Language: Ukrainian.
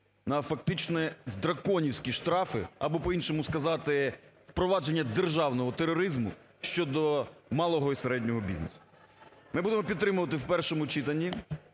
на фактично "драковнівські" штрафи, або по-іншому сказати, впровадження державного тероризму щодо малого і середнього бізнесу. Ми будемо підтримувати в першому читанні.